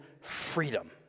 freedom